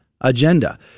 agenda